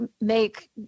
make